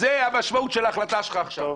זו המשמעות של ההחלטה שלך עכשיו.